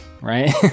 right